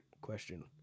question